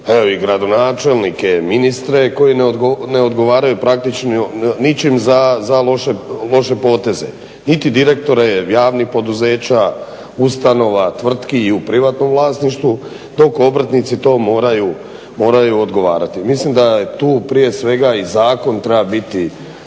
imamo i gradonačelnike, ministre koji ne odgovaraju praktično ničim za loše poteze, niti direktore javnih poduzeća, ustanova, tvrtki i u privatnom vlasništvu, dok obrtnici to moraju odgovarati. Mislim da tu prije svega i zakon treba biti